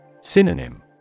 Synonym